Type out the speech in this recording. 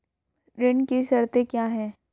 ऋण की शर्तें क्या हैं?